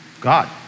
God